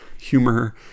humor